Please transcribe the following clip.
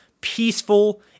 peaceful